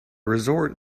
resort